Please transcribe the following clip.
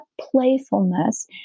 playfulness